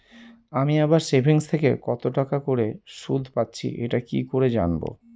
আমি আমার সেভিংস থেকে কতটাকা করে সুদ পাচ্ছি এটা কি করে জানব?